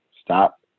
Stop